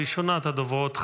ראשונת הדוברות,